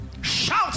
shout